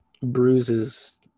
bruises